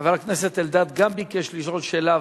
גם חבר הכנסת אלדד ביקש לשאול שאלה,